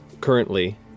currently